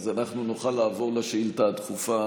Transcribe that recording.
אנחנו נוכל לעבור לשאילתה הדחופה